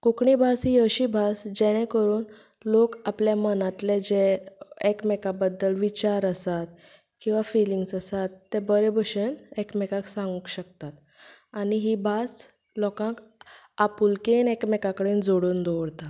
कोंकणी भास ही अशी भास जेणें करून लोक आपल्या मनांतलें जें एकमेका बद्दल विचार आसात किंवा फिलिंग्स आसात ते बरे भशेन एकमेकाक सांगूंक शकतात आनी ही भास लोकांक आपुलकेन एकमेकां कडेन जोडून दवरता